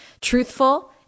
truthful